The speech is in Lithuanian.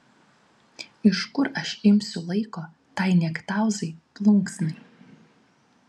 iš kur aš imsiu laiko tai niektauzai plunksnai